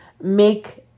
make